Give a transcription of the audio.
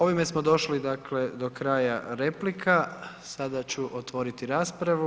Ovime smo došli dakle do kraja replika, sada ću otvoriti raspravu.